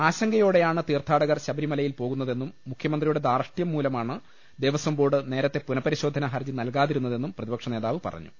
ആശങ്കയോടെയാണ് തീർത്ഥാടകർ ശബരിമലയിൽ പോകുന്നതെന്നും മുഖ്യമന്ത്രിയുടെ ധാർഷ്ഠ്യംമൂലമാണ് ദേവസ്വംബോർഡ് നേരത്തെ പുനപരിശോധനാ ഹർജി നൽകാതിരുന്ന തെന്നും പ്രതിപക്ഷ നേതാവ് പറഞ്ഞു